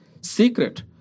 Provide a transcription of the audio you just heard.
Secret